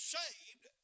saved